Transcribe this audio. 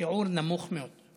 שיעור נמוך מאוד.